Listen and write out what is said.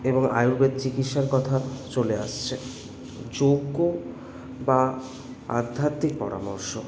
এবং আয়ুর্বেদ চিকিৎসার কথা চলে আসছে যজ্ঞ বা আধ্যাত্মিক পরামর্শ